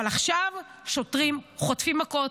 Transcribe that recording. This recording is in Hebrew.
אבל עכשיו שוטרים חוטפים מכות,